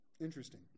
Interesting